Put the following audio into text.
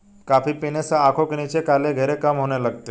coffee पीने से आंखों के नीचे काले घेरे कम होने लगते हैं